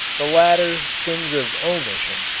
the latter, sins of omission.